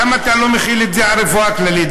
למה אתה לא מחיל את זה גם על רפואה כללית?